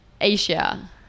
Asia